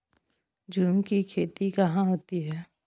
झूम की खेती कहाँ होती है?